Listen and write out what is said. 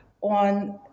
on